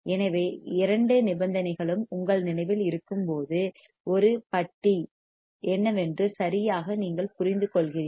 எனவே இரண்டு நிபந்தனைகளும் உங்கள் நினைவில் இருக்கும்போது ஒரு பட்டி பார் bar என்னவென்று சரியாக நீங்கள் புரிந்துகொள்கிறீர்கள்